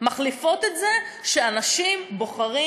מחליפים את זה שאנשים בוחרים,